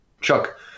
Chuck